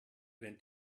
wenn